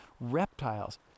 reptiles